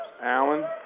Allen